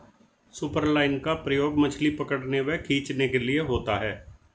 superline का प्रयोग मछली पकड़ने व खींचने के लिए होता है